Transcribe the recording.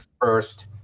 first